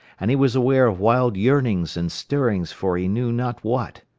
and he was aware of wild yearnings and stirrings for he knew not what.